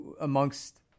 amongst